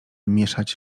mieszać